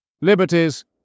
Liberties